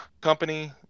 company